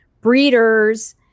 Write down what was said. breeders